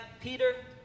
Peter